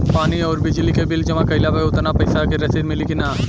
पानी आउरबिजली के बिल जमा कईला पर उतना पईसा के रसिद मिली की न?